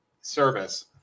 service